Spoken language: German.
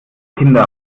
kinder